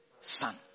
son